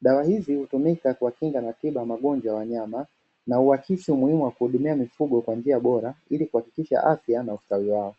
Dawa hizi hutumika kwa kinga na tiba ya magonjwa ya wanyama, na huakisi umuhimu wa kuhudumia mifugo kwa njia bora ili kuhakikisha afya na ustawi wao.